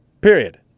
Period